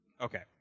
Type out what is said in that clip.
Okay